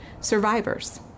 survivors